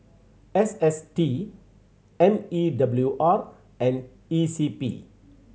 S S T M E W R and E C P